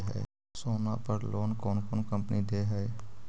सोना पर लोन कौन कौन कंपनी दे है?